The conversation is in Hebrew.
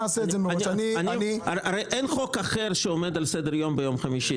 הרי אין חוק אחר שעומד על סדר היום ביום חמישי.